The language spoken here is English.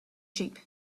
sheep